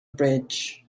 bridge